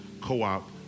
co-op